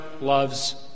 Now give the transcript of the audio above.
loves